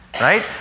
right